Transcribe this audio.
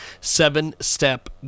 Seven-Step